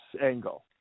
angle